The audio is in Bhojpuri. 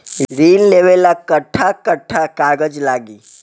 ऋण लेवेला कट्ठा कट्ठा कागज लागी?